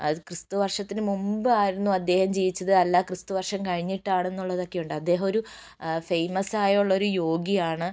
അത് ക്രിസ്തുവർഷത്തിന് മുൻപായിരുന്നു അദ്ദേഹം ജീവിച്ചത് അല്ല ക്രിസ്തുവർഷം കഴിഞ്ഞിട്ടാണ് എന്നുള്ളതൊക്കെയുണ്ട് അദ്ദേഹം ഒരു അ ഫേമസ് ആയുള്ള ഒരു യോഗിയാണ്